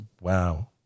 Wow